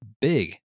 big